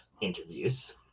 interviews